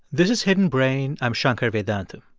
this is hidden brain. i'm shankar vedantam.